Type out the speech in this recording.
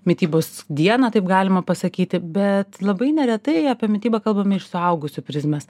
mitybos dieną taip galima pasakyti bet labai neretai apie mitybą kalbame iš suaugusių prizmės